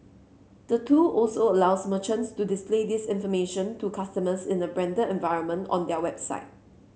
the tool also allows merchants to display this information to customers in the branded environment on their own website